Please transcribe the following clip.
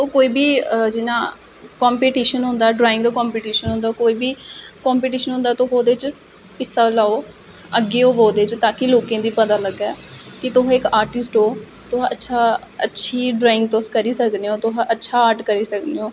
तुस कोई बी जियां कम्पीटिशन होंदा ड्रांइग दा कम्पीटिशन होंदा होग कोई बी कम्पीटिशन होंदा तुस ओहदे च इस्सा लेऔ अग्गे होवो ओहदे च ताकि लोके गी पता लगै कि तुस इक आर्टस्टि ओ तुस अच्छी अच्छी ड्राइगं तुस करी सकने हो तुस अच्छा आर्ट करी सकने हो